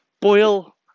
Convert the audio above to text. boil